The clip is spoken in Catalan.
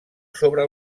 sobre